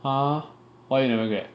!huh! why you never get